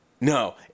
No